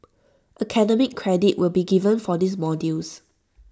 academic credit will be given for these modules